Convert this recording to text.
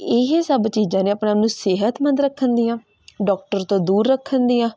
ਇਹ ਸਭ ਚੀਜ਼ਾਂ ਨੇ ਆਪਣੇ ਆਪ ਨੂੰ ਸਿਹਤਮੰਦ ਰੱਖਣ ਦੀਆਂ ਡਾਕਟਰ ਤੋਂ ਦੂਰ ਰੱਖਣ ਦੀਆਂ